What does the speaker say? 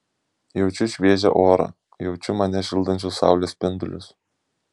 jaučiu šviežią orą jaučiu mane šildančius saulės spindulius